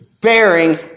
bearing